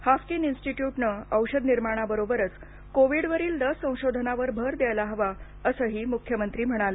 Haffkine इन्स्टिट्यूटने औषध निर्माणाबरोबरच कोविडवरील लस संशोधनावर भर द्यायला हवा असंही मुख्यमंत्री म्हणाले